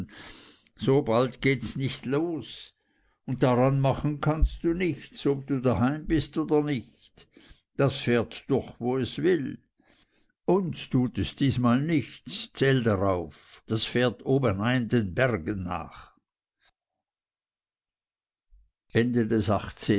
so bald gehts nicht los und daran machen kannst du nichts ob du daheim seiest oder nicht das fährt durch wo es will uns tut es diesmal nichts zähle darauf das fährt obenein den bergen nach